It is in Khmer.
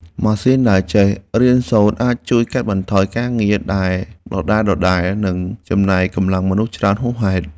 ម៉ាស៊ីនដែលចេះរៀនសូត្រអាចជួយកាត់បន្ថយការងារដែលដដែលៗ និងចំណាយកម្លាំងមនុស្សច្រើនហួសហេតុ។